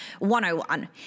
101